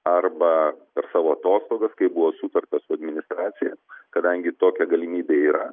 arba per savo atostogas kai buvo sutarta su administracija kadangi tokia galimybė yra